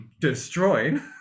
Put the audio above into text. destroyed